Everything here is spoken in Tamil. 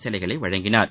சேலைகளை வழங்கினார்